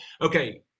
okay